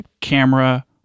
camera